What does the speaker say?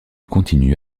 continue